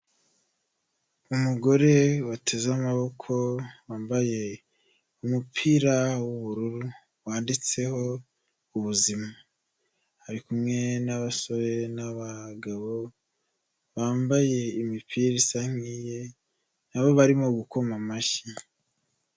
Umugore wateze amaboko, wambaye umupira w'ubururu, wanditseho ubuzima. Ari kumwe n'abasore n'abagabo, bambaye imipira isa nk'iye nabo barimo gukoma amashyi.